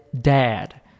dad